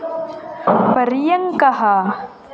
पर्यङ्कः